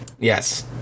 Yes